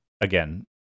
again